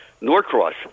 Norcross